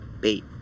bait